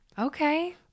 Okay